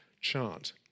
chart